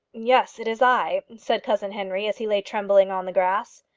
yes, it is i, said cousin henry, as he lay trembling on the grass.